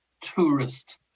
tourist